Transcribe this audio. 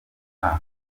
mwaka